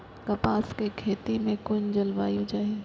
कपास के खेती में कुन जलवायु चाही?